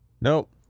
Nope